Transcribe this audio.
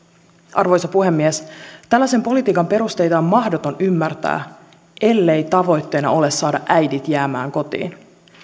arvoisa puhemies tällaisen politiikan perusteita on mahdoton ymmärtää ellei tavoitteena ole saada äidit jäämään kotiin